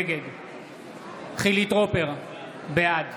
נגד חילי טרופר, בעד